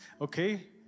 okay